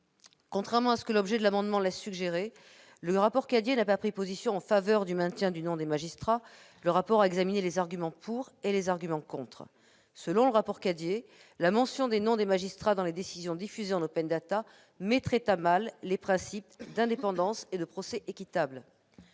contrairement à ce que l'objet de l'amendement laisse suggérer, le rapport Cadiet n'a pas pris position en faveur du maintien du nom des magistrats ; il a examiné les arguments pour et les arguments contre. Selon ce rapport, « la mention des noms des magistrats dans les décisions diffusées en mettrait à mal les principes » d'indépendance et de procès équitable.